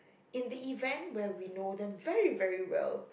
in the event where we know them very very well